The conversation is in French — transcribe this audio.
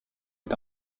est